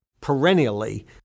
perennially